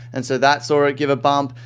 and so that sort of gave a bump.